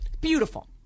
beautiful